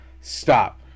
Stop